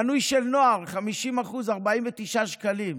מנוי של נוער, 50, 49 שקלים.